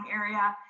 area